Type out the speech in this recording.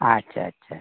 আচ্চা আচ্চা